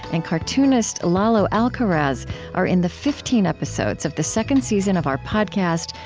and cartoonist lalo alcaraz are in the fifteen episodes of the second season of our podcast,